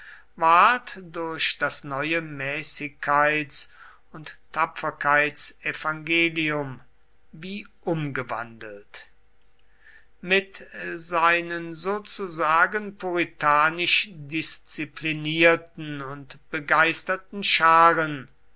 durch das neue mäßigkeits und tapferkeitsevangelium wie umgewandelt mit seinen sozusagen puritanisch disziplinierten und begeisterten scharen